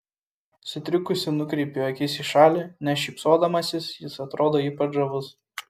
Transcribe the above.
sutrikusi nukreipiu akis į šalį nes šypsodamasis jis atrodo ypač žavus